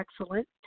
excellent